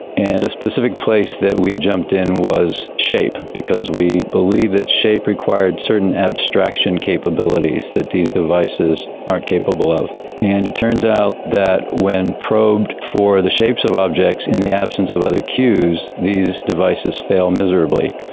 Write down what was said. and a specific place that we jumped in was shape because we believe that shape required certain abstraction capabilities that these devices aren't capable of. and it turns out that when probed for the shapes of objects in the absence of other cues, these devices fail miserably.